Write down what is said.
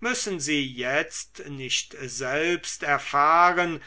müssen sie jetzt nicht selbst erfahren